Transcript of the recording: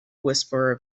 whisperer